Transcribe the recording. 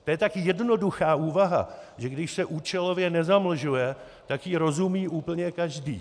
To je tak jednoduchá úvaha, že když se účelově nezamlžuje, tak jí rozumí úplně každý.